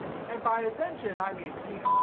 and by attention i mean peni,